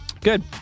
Good